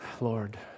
Lord